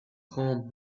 grands